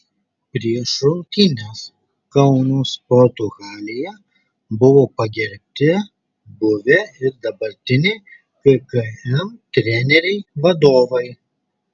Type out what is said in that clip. prieš rungtynes kauno sporto halėje buvo pagerbti buvę ir dabartiniai kkm treneriai vadovai